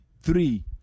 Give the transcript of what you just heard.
three